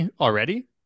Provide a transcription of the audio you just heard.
already